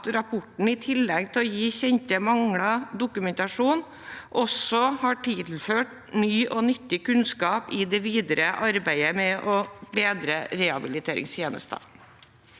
at rapporten i tillegg til å dokumentere kjente mangler også har tilført ny og nyttig kunnskap i det videre arbeidet med å bedre rehabiliteringstjenesten.